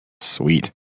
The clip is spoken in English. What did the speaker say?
Sweet